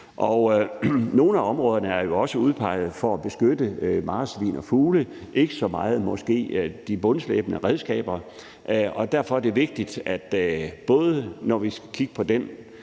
Nogle af områderne er også udpeget for at beskytte marsvin og fugle, ikke så meget måske i forhold til de bundslæbende redskaber, og derfor er det vigtigt, tænker jeg, både når vi skal kigge på den